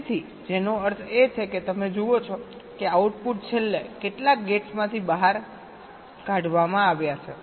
તેથી જેનો અર્થ છે કે તમે જુઓ છો કે આઉટપુટ છેલ્લે કેટલાક ગેટ્સમાંથી બહાર કાવામાં આવ્યા છે